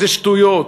זה שטויות.